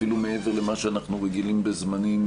אפילו מעבר למה שאנחנו רגילים בזמנים